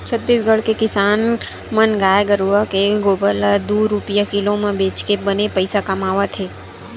छत्तीसगढ़ के किसान मन गाय गरूवय के गोबर ल दू रूपिया किलो म बेचके बने पइसा कमावत हवय